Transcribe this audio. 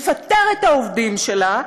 לפטר את העובדים שלה,